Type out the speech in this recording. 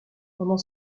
pendant